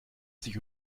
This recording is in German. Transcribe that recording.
sich